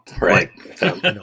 Right